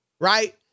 right